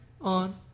on